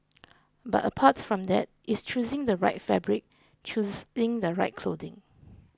but apart from that it's choosing the right fabric choosing the right